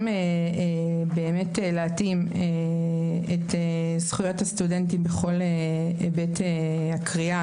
להתאים את זכויות הסטודנטים בכל היבט הקריאה,